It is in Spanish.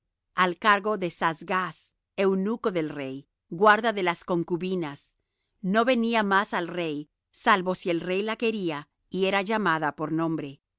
al cargo de saasgaz eunuco del rey guarda de las concubinas no venía más al rey salvo si el rey la quería y era llamada por nombre